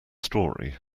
story